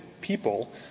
people